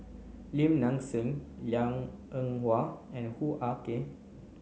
Lim Nang Seng Liang Eng Hwa and Hoo Ah Kay